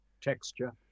texture